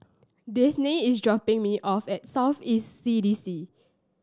Daisey is dropping me off at South East C D C